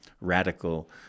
radical